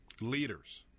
leaders